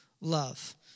love